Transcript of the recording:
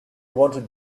wanted